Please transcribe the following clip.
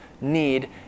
need